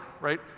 right